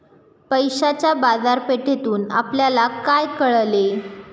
पैशाच्या बाजारपेठेतून आपल्याला काय कळले?